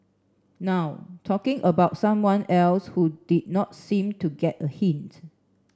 now talking about someone else who did not seem to get a hint